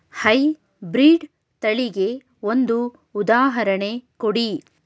High breed ತಳಿಗೆ ಒಂದು ಉದಾಹರಣೆ ಕೊಡಿ?